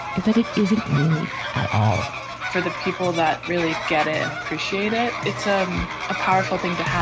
is that it isn't really at all for the people that really get it. and appreciate it. it's a powerful thing to have.